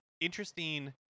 interesting